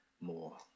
more